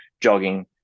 jogging